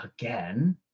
again